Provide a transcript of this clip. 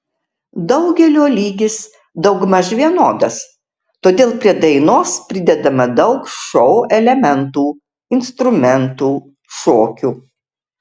daugelio lygis daugmaž vienodas todėl prie dainos pridedama daug šou elementų instrumentų šokių